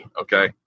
okay